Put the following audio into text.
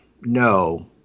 no